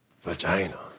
vagina